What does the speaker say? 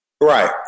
right